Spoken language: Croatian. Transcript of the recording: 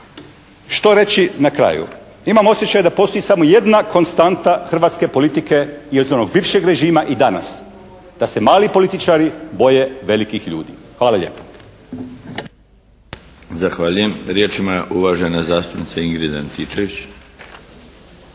Što reći na kraju? Imam osjećaj da postoji samo jedna konstanta hrvatske politike i od onog bivšeg režima i danas, da se mali političari boje velikih ljudi. Hvala lijepa. **Milinović, Darko (HDZ)** Zahvaljujem. Riječ ima uvažena zastupnica Ingrid Antičević.